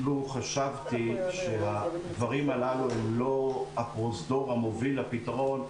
לו חשבתי שהדברים הללו הם לא הפרוזדור המוביל לפתרון,